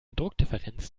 druckdifferenz